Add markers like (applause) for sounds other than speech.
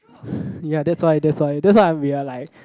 (breath) ya that's why that's why that's why we are like